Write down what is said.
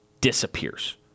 disappears